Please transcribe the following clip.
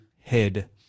head